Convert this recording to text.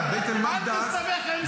אל תסתבך עם זה.